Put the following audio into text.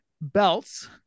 belts